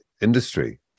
industry